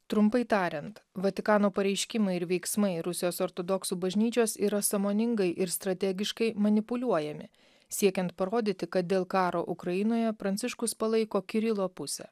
trumpai tariant vatikano pareiškimai ir veiksmai rusijos ortodoksų bažnyčios yra sąmoningai ir strategiškai manipuliuojami siekiant parodyti kad dėl karo ukrainoje pranciškus palaiko kirilo pusę